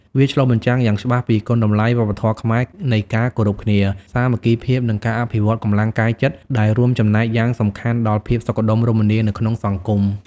វាឆ្លុះបញ្ចាំងយ៉ាងច្បាស់ពីគុណតម្លៃវប្បធម៌ខ្មែរនៃការគោរពគ្នា សាមគ្គីភាព និងការអភិវឌ្ឍកម្លាំងកាយចិត្ត ដែលរួមចំណែកយ៉ាងសំខាន់ដល់ភាពសុខដុមរមនានៅក្នុងសង្គម។